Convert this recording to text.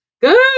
Good